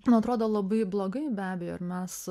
man atrodo labai blogai be abejo ir mes